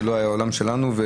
שהוא לא העולם שלנו,